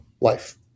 life